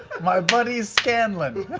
my buddy scanlan.